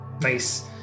Nice